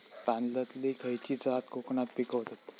तांदलतली खयची जात कोकणात पिकवतत?